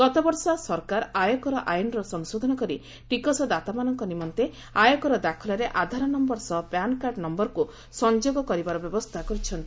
ଗତବର୍ଷ ସରକାର ଆୟକର ଆଇନର ସଂଶୋଧନ କରି ଟିକସ୍ଦାତାମାନଙ୍କ ନିମନ୍ତେ ଆୟକର ଦାଖଲରେ ଆଧାର ନୟର ସହ ପ୍ୟାନ କାର୍ଡ ନୟରକୁ ସଂଯୋଗ କରିବାର ବ୍ୟବସ୍ଥା କରିଛନ୍ତି